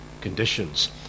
conditions